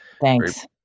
Thanks